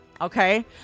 Okay